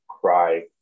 cry